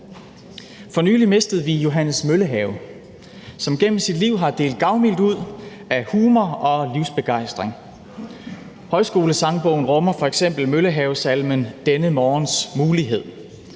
For nylig mistede vi Johannes Møllehave, som gennem sit liv har delt gavmildt ud af humor og livsbegejstring. Højskolesangbogen rummer f.eks. Møllehavesalmen: »Denne morgens mulighed«.